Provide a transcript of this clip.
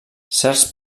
certs